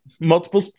multiple